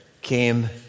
came